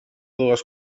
dues